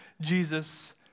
Jesus